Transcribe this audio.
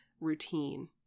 routine